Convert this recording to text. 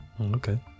Okay